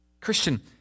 Christian